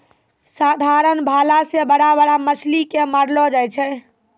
साधारण भाला से बड़ा बड़ा मछली के मारलो जाय छै